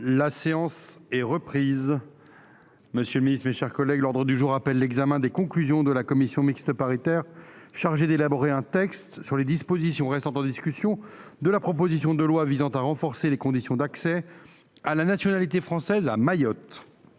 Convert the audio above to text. La séance est suspendue. La séance est reprise. L’ordre du jour appelle l’examen des conclusions de la commission mixte paritaire chargée d’élaborer un texte sur les dispositions restant en discussion de la proposition de loi visant à renforcer les conditions d’accès à la nationalité française à Mayotte